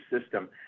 system